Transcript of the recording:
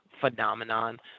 phenomenon